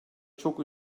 çok